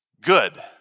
good